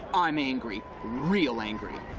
i'm angry, real angry!